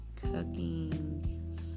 cooking